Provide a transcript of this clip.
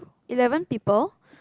eleven people